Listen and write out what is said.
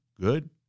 good